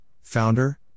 Founder